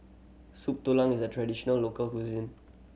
Soup Tulang is a traditional local cuisine